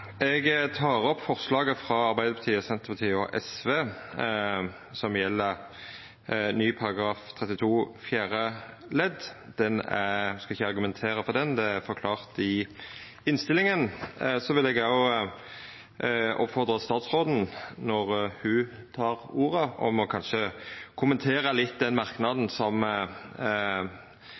gjeld ny § 32 fjerde ledd. Eg skal ikkje argumentera for det, dette er forklart i innstillinga. Så vil eg òg oppfordra statsråden når ho tek ordet, til kanskje å kommentera merknaden som